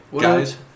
Guys